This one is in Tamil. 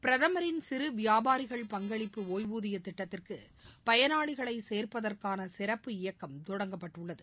பிரதமரின் சிறுவியாபாரிகள் பங்களிப்பு ஒய்வூதியதிட்டத்திற்குபயனாளிகளைசே்ப்பதற்கானசிறப்பு இயக்கம் தொடங்கப்பட்டுள்ளது